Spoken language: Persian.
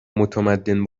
متمدن